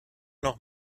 noch